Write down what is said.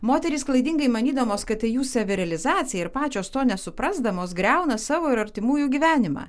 moterys klaidingai manydamos kad tai jų savirealizacija ir pačios to nesuprasdamos griauna savo ir artimųjų gyvenimą